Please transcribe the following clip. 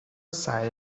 aside